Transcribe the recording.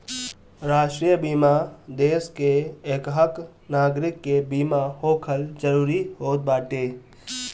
राष्ट्रीय बीमा देस के एकहक नागरीक के बीमा होखल जरूरी होत बाटे